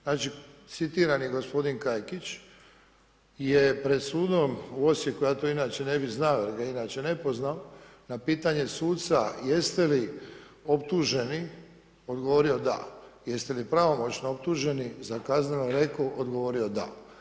Znači citirani gospodin Kajkić je pred sudom u Osijeku, ja to inače ne bih znao jer ga inače ne poznam, na pitanje suca jeste li optuženi odgovorio da, jeste li pravomoćno optuženi za kazneno … odgovorio da.